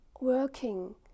working